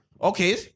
Okay